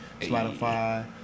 Spotify